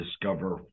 discover